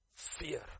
fear